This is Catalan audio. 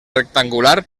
rectangular